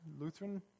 Lutheran